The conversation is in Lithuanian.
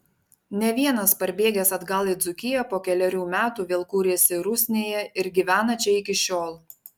ne vienas parbėgęs atgal į dzūkiją po kelerių metų vėl kūrėsi rusnėje ir gyvena čia iki šiol